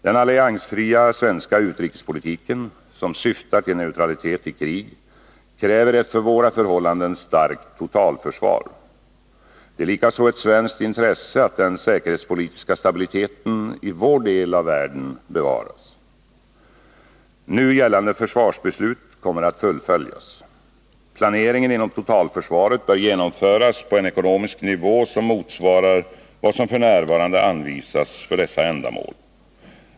Den alliansfria svenska utrikespolitiken, som syftar till neutralitet i krig, kräver ett för våra förhållanden starkt totalförsvar. Det är likaså ett svenskt intresse att den säkerhetspolitiska stabiliteten i vår del av världen bevaras. Nu gällande försvarsbeslut kommer att fullföljas. Planeringen inom totalförsvaret bör genomföras på en ekonomisk nivå, som motsvarar vad som f.n. anvisas för dessa ändamål.